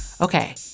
Okay